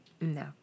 No